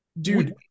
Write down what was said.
dude